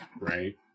Right